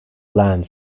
land